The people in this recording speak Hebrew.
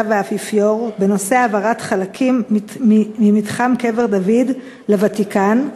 לאפיפיור בנושא העברות חלקים ממתחם קבר דוד לוותיקן,